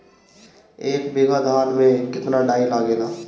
एक बीगहा धान में केतना डाई लागेला?